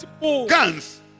guns